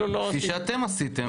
בדיוק כמו שאתם עשיתם.